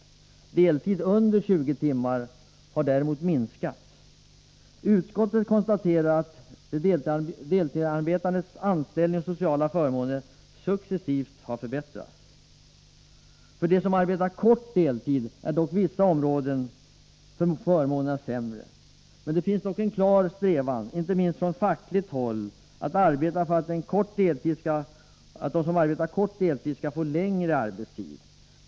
Antalet arbetande på deltid under 20 timmar har däremot minskat. Utskottet konstaterar att de deltidsarbetandes anställningsförmåner och sociala förmåner successivt har förbättrats. För dem som arbetar kort deltid är dock på vissa områden förmånerna sämre. Det finns dock en klar strävan — inte minst från fackligt håll — att arbeta för att de som har kort deltid skall få längre arbetstid.